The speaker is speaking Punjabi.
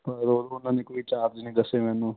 ਪਰ ਉਦੋਂ ਉਹਨਾਂ ਨੇ ਕੋਈ ਚਾਰਜ ਨਹੀਂ ਦੱਸੇ ਮੈਨੂੰ